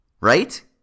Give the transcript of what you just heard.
right